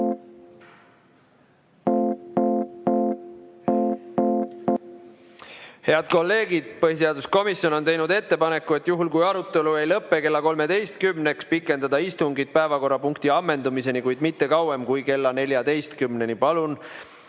Head kolleegid, põhiseaduskomisjon on teinud ettepaneku, et juhul kui arutelu ei lõpe kella 13-ks, pikendataks istungit päevakorrapunkti ammendumiseni, kuid mitte kauem kui kella 14-ni. Palun